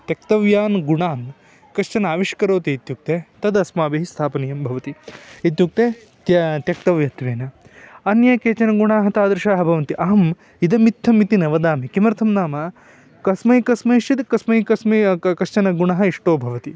त्यक्तव्यान् गुणान् कश्चन आविष्करोति इत्युक्ते तद् अस्माभिः स्थापनीयं भवति इत्युक्ते य त्यक्तव्यत्वेन अन्ये केचनगुणाः तादृशाः भवन्ति अहम् इदमित्थम् इति न वदामि किमर्थं नाम कस्मै कस्मैश्चिद् कस्मै कस्मै कश्चन गुणः इष्टो भवति